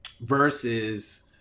versus